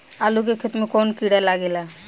आलू के खेत मे कौन किड़ा लागे ला?